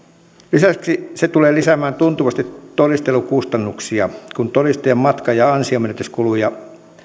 lisäksi se tulee lisäämään tuntuvasti todistelukustannuksia kun todistajien matka ja ansionmenetyskuluja